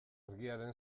argiaren